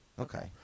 okay